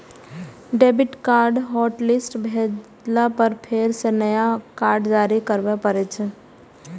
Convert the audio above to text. debit card hotlist भेला पर फेर सं नया कार्ड जारी करबे पड़ै छै